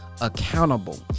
accountable